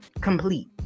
complete